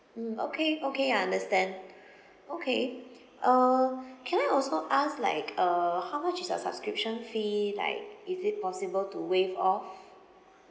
mm okay okay I understand okay uh can I also ask like uh how much is your subscription fee like is it possible to waive off